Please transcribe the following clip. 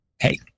hey